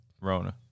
Rona